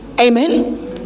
Amen